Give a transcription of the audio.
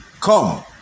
Come